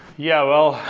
yeah, well,